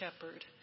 shepherd